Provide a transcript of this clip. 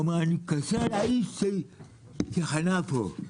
והוא אומר: אני מתקשר לאיש שחנה פה.